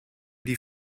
die